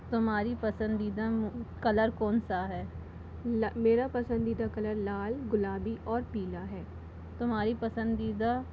तुम्हारी पसंदीदा कलर कौन सा है मेरा पसंदीदा कलर लाल गुलाबी और पीला है तुम्हारी पसंदीदा